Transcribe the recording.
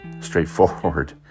straightforward